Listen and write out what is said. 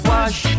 Wash